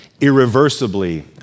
irreversibly